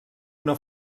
una